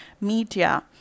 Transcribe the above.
media